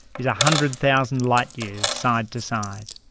is a hundred thousand light years side to side.